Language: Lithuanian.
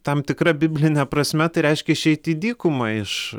tam tikra bibline prasme tai reiškia išeiti į dykumą iš